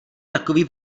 takový